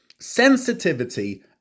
sensitivity